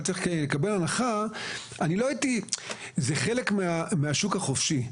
צריך לקבל הנחה: זה חלק מהשוק החופשי.